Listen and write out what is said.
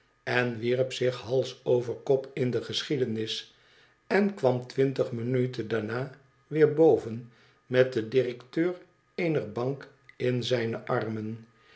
en wierp zich hals over kop in de geschiedenis en kwam twintig minuten daarna weer boven met den directeur eener bank in zijne armen